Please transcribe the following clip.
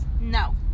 No